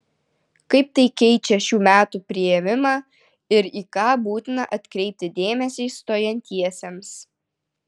kaip tai keičią šių metų priėmimą ir į ką būtina atkreipti dėmesį stojantiesiems